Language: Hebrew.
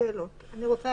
אני רוצה